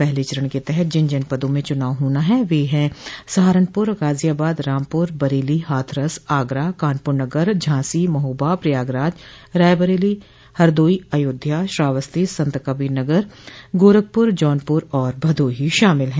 पहले चरण के तहत जिन जनपदों में चुनाव होना है वे है सहारनपुर गाजियाबाद रामपुर बरेली हाथरस आगरा कानपुर नगर झांसी महोबा प्रयागराज रायबरेली हरदोई अयोध्या श्रावस्ती संतकबीरनगर गोरखपुर जौनपुर और भदोही शामिल है